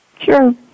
Sure